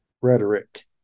rhetoric